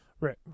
Right